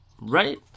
right